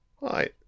Right